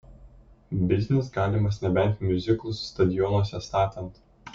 biznis galimas nebent miuziklus stadionuose statant